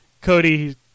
Cody